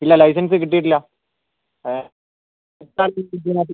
ഇല്ല ലൈസൻസ് കിട്ടിയിട്ടില്ല